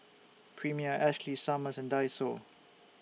Premier Ashley Summers and Daiso